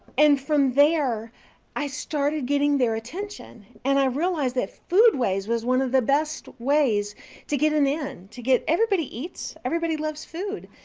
and from there i started getting their attention. and i realized that foodways was one of the best ways to get an in, to get everybody eats, everybody loves food.